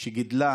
שגידלה